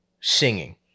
singing